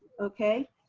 okay.